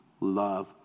love